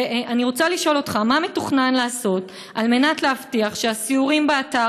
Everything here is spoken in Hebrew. אני רוצה לשאול אותך: מה מתוכנן לעשות כדי להבטיח שהסיורים באתר,